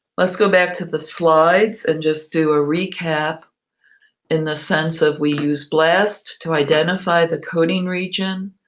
let's go back to the slides and just do a recap in the sense of we use blast to identify the coding region,